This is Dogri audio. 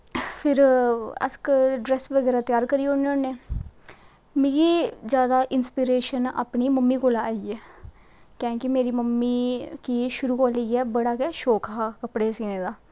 फिर अस ड्रैस बगैरा त्यार करी ओड़न्ने होन्ने मिगी जैदा इंस्पिरिशन अपनी मम्मी कोला दा आई ऐ कि के मेरी मम्मी गी शुरु कोला दा बड़ा गै शौंक हा कपड़े सीने दा